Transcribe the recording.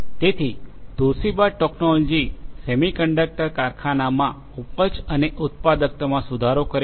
તેથી Toshiba technology semiconductor કારખાનામાં ઉપજ અને ઉત્પાદકતામાં સુધારો કરે છે